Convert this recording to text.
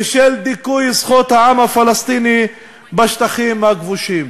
ושל דיכוי זכויות העם הפלסטיני בשטחים הכבושים.